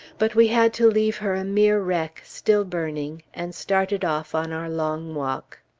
but we had to leave her a mere wreck, still burning, and started off on our long walk.